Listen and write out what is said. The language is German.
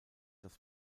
das